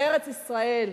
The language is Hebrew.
לארץ-ישראל.